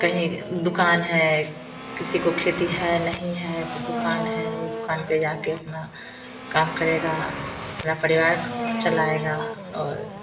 कहीं दुकान है किसी को खेती है नहीं है तो दुकान है वो दुकान पर जाके अपना काम करेगा अपना परिवार चलाएगा और